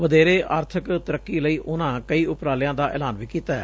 ਵਧੇਰੇ ਆਰਥਕ ਤਰੱਕੀ ਲਈ ਉਨਾਂ ਕਈ ਉਪਰਾਲਿਆਂ ਦਾ ਐਲਾਨ ਵੀ ਕੀਤੈ